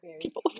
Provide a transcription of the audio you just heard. people